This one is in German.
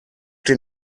den